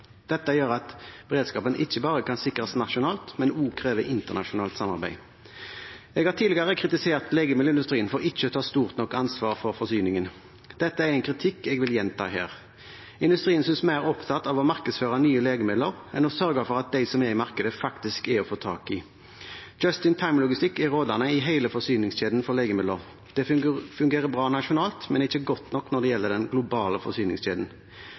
gjør at beredskapen ikke bare kan sikres nasjonalt, men også krever internasjonalt samarbeid. Jeg har tidligere kritisert legemiddelindustrien for ikke å ta stort nok ansvar for forsyningen. Det er en kritikk jeg vil gjenta her. Industrien synes mer opptatt av å markedsføre nye legemidler enn å sørge for at de som er i markedet, faktisk er å få tak i. «Just in time»-logistikk er rådende i hele forsyningskjeden for legemidler. Det fungerer bra nasjonalt, men er ikke godt nok når det gjelder den globale forsyningskjeden.